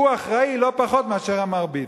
הוא אחראי לא פחות מאשר המרביץ.